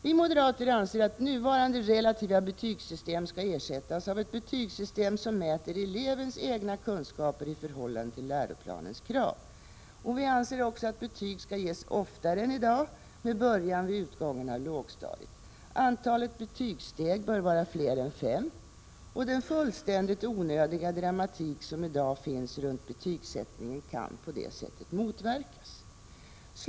Vi moderater anser att nuvarande relativa betygssystem skall ersättas av ett betygssystem som mäter elevens egna kunskaper i förhållande till läroplanens krav. Vi anser också att betyg skall ges oftare än i dag med början vid utgången av lågstadiet. Antalet betygssteg bör vara fler än fem, och den fullständigt onödiga dramatik som i dag finns runt betygssättningen kan på det sättet motverkas.